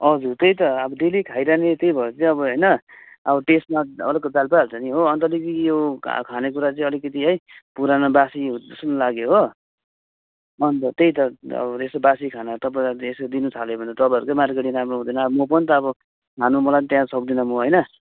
हजुर त्यही त अब डेली खाइरहने त्यही भएर चाहिँ अब होइन अब टेस्टमा अलग्गै चाल पाइहाल्छ नि हो अन्त अलिकति यो खा खाने कुरा चाहिँ अलिकति है पुरानो बासी हो जस्तो नि लाग्यो हो अन्त त्यही त अब यसो बासी खाना तपाईँले यसो दिनु थाल्यो भने त तपाईँहरूकै मार्केटिङ राम्रो हुँदैन अब म पनि त अब खानु मलाई त्यहाँ सक्दिनँ म होइन